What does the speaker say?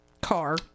car